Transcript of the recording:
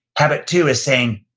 habit two is saying,